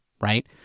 Right